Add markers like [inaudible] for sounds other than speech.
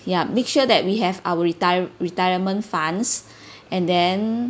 ya make sure that we have our retire retirement funds [breath] and then